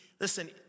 Listen